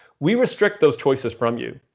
we restrict those choices from you.